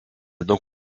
daug